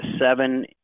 seven